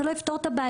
זה לא יפתור את הבעיה.